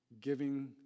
giving